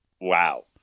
Wow